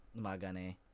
Magane